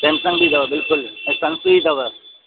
Samsung बि अथव ऐं संसुई अथव